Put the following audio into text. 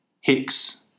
Hicks